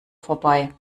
vorbei